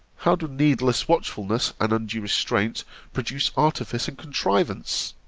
how do needless watchfulness and undue restraint produce artifice and contrivance!